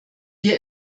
wir